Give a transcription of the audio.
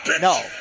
No